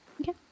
Okay